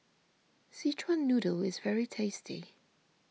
Szechuan Noodle is very tasty